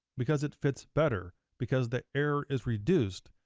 because it fits better, because the error is reduced,